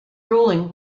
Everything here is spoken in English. ruling